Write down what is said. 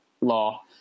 Law